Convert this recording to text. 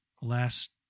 last